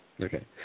Okay